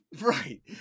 right